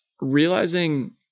realizing